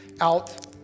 out